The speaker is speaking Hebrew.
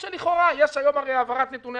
או שלכאורה יש היום הרי העברת נתוני